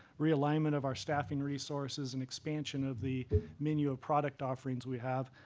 realignment of our staffing resources, and expansion of the menu of product offerings we have,